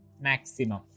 maximum